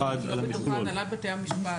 פסקה (1) לסעיף 5א. כנרת,